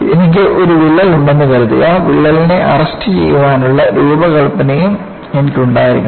എനിക്ക് ഒരു വിള്ളൽ ഉണ്ടെന്ന് കരുതുക വിള്ളലിനെ അറസ്റ്റുചെയ്യാനുള്ള രൂപകൽപ്പനയും എനിക്കുണ്ടായിരിക്കണം